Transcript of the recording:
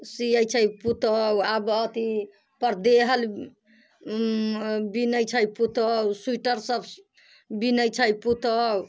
सियैत छै पूतौहू अब अथी परदे हल बिनैत छै पूतोहू स्विटर सब बिनैत छै पूतौहू